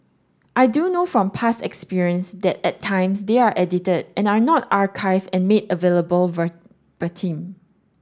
I do know from past experience that at times they are edited and are not archived and made available verbatim